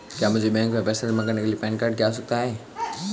क्या मुझे बैंक में पैसा जमा करने के लिए पैन कार्ड की आवश्यकता है?